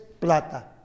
plata